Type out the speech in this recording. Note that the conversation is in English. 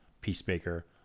Peacemaker